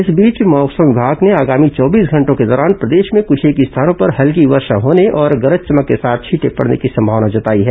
इस बीच मौसम विभाग ने आगामी चौबीस घंटों के दौरान प्रदेश में कुछेक स्थानों पर हल्की वर्षा होने और गरज चमक के साथ छींटे पड़ने की संभावना जताई है